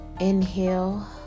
inhale